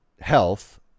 health